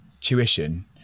tuition